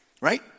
right